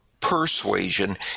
persuasion